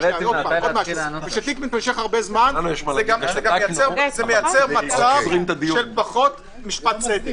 ואז זה גם מייצר מצב של פחות משפט צדק.